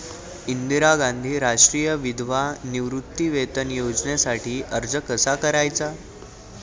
इंदिरा गांधी राष्ट्रीय विधवा निवृत्तीवेतन योजनेसाठी अर्ज कसा करायचा?